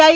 આઈ